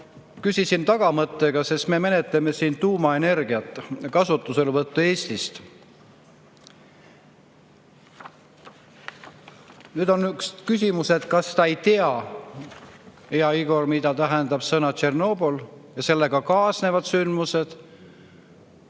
… tagamõttega, sest me menetleme siin tuumaenergia kasutuselevõttu Eestis. Nüüd on küsimus, kas sa ei tea, hea Igor, mida tähendab sõna Tšornobõl ja sellega kaasnevad sündmused,